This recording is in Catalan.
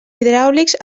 hidràulics